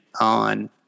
on